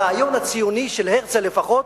הרעיון הציוני, של הרצל לפחות,